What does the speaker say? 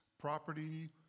property